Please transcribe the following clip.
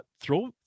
Throw